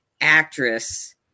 actress